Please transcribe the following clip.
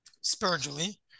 spiritually